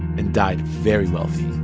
and died very wealthy